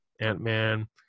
Ant-Man